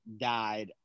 died